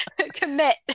commit